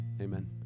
Amen